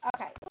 Okay